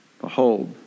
behold